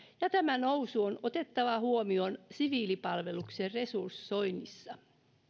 ja tämä nousu on otettava huomioon siviilipalveluksen resursoinnissa